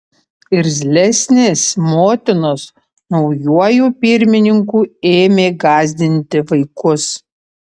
irzlesnės motinos naujuoju pirmininku ėmė gąsdinti vaikus